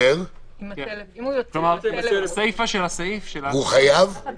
כלומר, הסיפה של הסעיף --- והוא חייב?